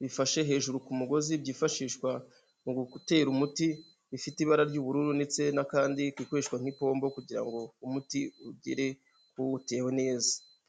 bifashe hejuru ku mugozi byifashishwa mu gutera umuti bifite ibara ry'ubururu ndetse n'akandi bikoreshwa nk'ipombo kugira ngo umuti ugire uwuteye neza.